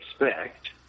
expect